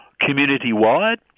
community-wide